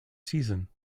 season